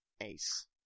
ace